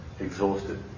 exhausted